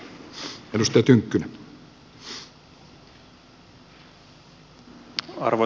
arvoisa puhemies